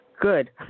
Good